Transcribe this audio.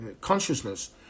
consciousness